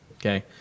okay